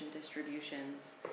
distributions